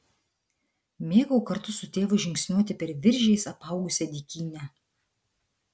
mėgau kartu su tėvu žingsniuoti per viržiais apaugusią dykynę